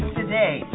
today